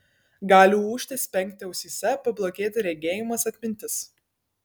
gali ūžti spengti ausyse pablogėti regėjimas atmintis